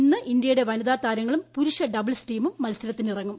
ഇന്ന് ഇന്ത്യയുടെ വനിതാ താരങ്ങളും പുരുഷ ഡബിൾസ് ടീമും മത്സരത്തിനിറങ്ങും